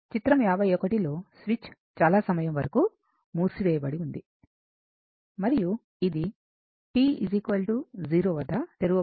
చిత్రం 51 లో స్విచ్ చాలా సమయం వరకు మూసి వేయబడి ఉంది మరియు ఇది t 0 వద్ద తెరవబడి ఉంది